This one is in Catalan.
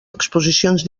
exposicions